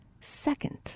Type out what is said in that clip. second